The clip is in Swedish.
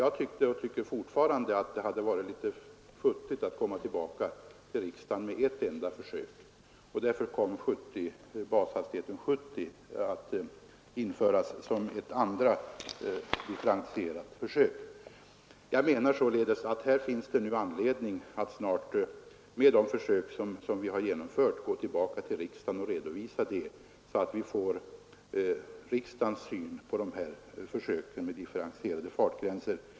Jag tyckte då och tycker fortfarande att det hade varit futtigt att komma till riksdagen med ett enda försök, och därför kom bashastigheten 70 att införas som ett andra differentierat försök. Jag menar således att det nu finns anledning att snart gå tillbaka till riksdagen och genomföra de försök vi har genomfört med differentierade fartgränser.